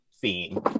theme